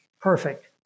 Perfect